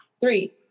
Three